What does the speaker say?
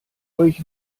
euch